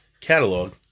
catalog